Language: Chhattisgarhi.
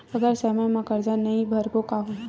अगर समय मा कर्जा नहीं भरबों का होई?